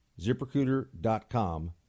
ZipRecruiter.com